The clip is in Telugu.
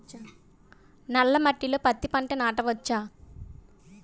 నల్ల మట్టిలో పత్తి పంట నాటచ్చా?